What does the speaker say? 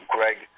Greg